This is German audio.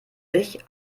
sich